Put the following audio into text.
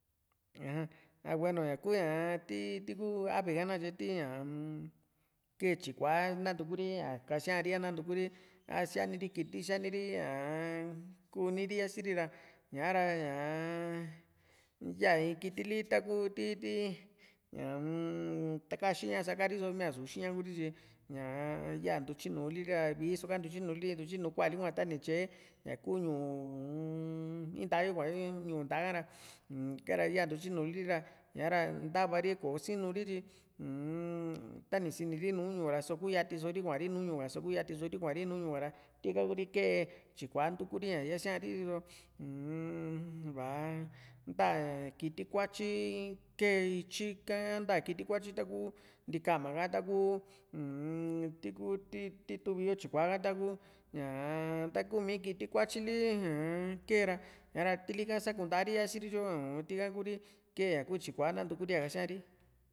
ah bueno ña ku ñaa ti ti kuu ave ha´nakatye ti´ñaa umm kee tyikua nantukuri ña kasiari a nantukuri a saini ri kiti a siani ri ñaa kuu niri sia´si ri´a ñaa´ra ñaa yaa´in kiti li taku ti ti ñaa-m taka xiña sakari riso míaa i´su xiña Kuri tyi ñaa yaa ntutyinuli ri ra vii so ka ntutyinuli ri ntutyinu kuali hua ta ni tyae ñaku ñu´u uu-n intayo kuaayo ñu´u nta´a ka´ra unikara ya ntutyinuli ri ra ña´ra ntava ri kò´o sinuri uu-n tani siniri nu ñu´u ra ku yati siri kuari nùù ñu´u so kuyati so ri kuari nùù ñu´u ra tika kuu ri kee tyikua ntukuri ña yasia´ri ri´so uu-n va´a ntaa kiti kuatyii kee ityi ti´ha nta kiti kuatyi taku nti´kama ha taku uu-n tiku ti ti tuvi yo tyikua taku ñaa takuu mii kiti kuatyi li ñaa kee ra ña´ra tili ka sakuntari yasi ri tyu uu-n tika ku ri kee ña ku tyikua nantukuri´a kasia´ri